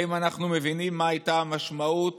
האם אנחנו מבינים מה הייתה המשמעות